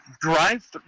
Drive